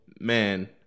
Man